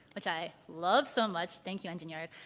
which i love so much, thank you engine yard.